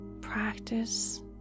practice